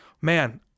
man